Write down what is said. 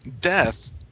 death